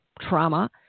trauma